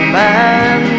man